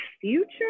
future